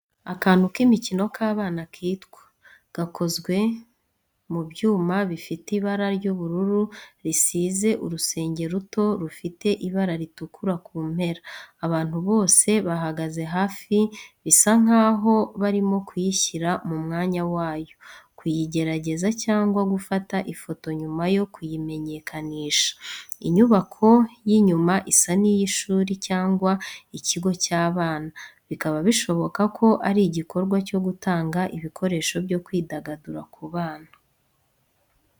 Akantu k’imikino k’abana kitwa, gakozwe mu byuma bifite ibara ry’ubururu, risize urusenge ruto rufite ibara ritukura ku mpera. Abantu bose bahagaze hafi bisa nk’aho barimo kuyishyira mu mwanya wayo, kuyigerageza cyangwa gufata ifoto nyuma yo kuyimenyekanisha. Inyubako y’inyuma isa n’iy’ishuri cyangwa ikigo cy’abana, bikaba bishoboka ko ari igikorwa cyo gutanga ibikoresho byo kwidagadura ku bana.